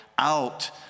out